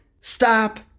stop